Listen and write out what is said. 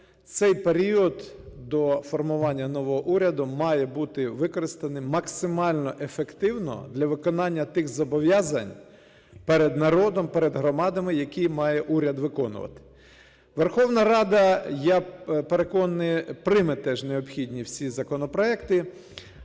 цей період, до формування нового уряду, має бути використаним максимально ефективно для виконання тих зобов'язань перед народом, перед громадами, який має уряд виконувати. Верховна Рада, я переконаний, прийме теж необхідні всі законопроекти.